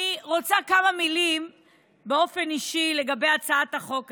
אני רוצה להגיד כמה מילים באופן אישי לגבי הצעת החוק הזו: